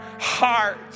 heart